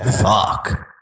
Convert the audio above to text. Fuck